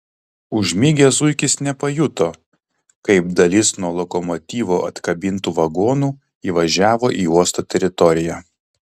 užmigęs zuikis nepajuto kaip dalis nuo lokomotyvo atkabintų vagonų įvažiavo į uosto teritoriją